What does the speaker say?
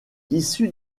issu